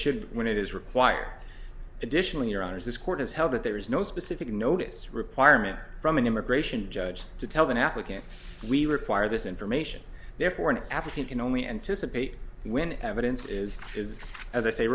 should be when it is require additional your honour's this court has held that there is no specific notice requirement from an immigration judge to tell an applicant we require this information therefore an athlete can only anticipate when evidence is is as i say